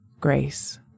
grace